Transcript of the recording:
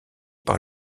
par